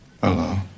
Hello